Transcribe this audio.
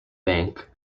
bank